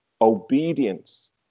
obedience